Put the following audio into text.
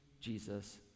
Jesus